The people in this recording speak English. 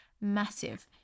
Massive